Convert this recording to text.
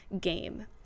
game